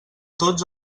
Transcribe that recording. tots